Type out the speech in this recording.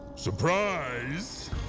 Surprise